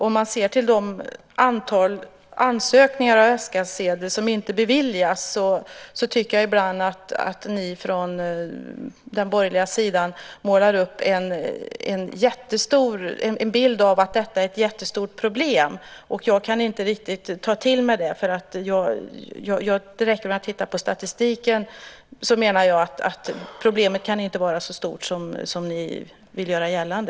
Om jag ser till antalet ansökningar om F-skattsedel som inte beviljas tycker jag att ni från den borgerliga sidan målar upp en bild av att detta är ett jättestort problem. Jag kan inte riktigt ta till mig det. Det räcker med att titta på statistiken för att se att problemet inte kan vara så stort som ni vill göra gällande.